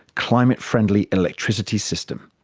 climate-friendly electricity system.